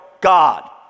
God